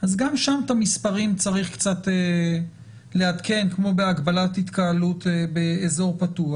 אז גם שם את המספרים צריך קצת לעדכן כמו בהגבלת התקהלות באזור פתוח,